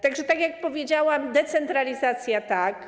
Tak że tak jak powiedziałam: decentralizacja - tak.